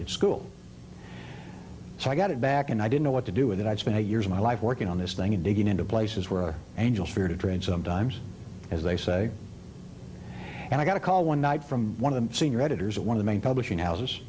cool so i got it back and i didn't know what to do with it i'd spent years of my life working on this thing and digging into places where angels fear to tread sometimes as they say and i got a call one night from one of the senior editors at one of the main publishing houses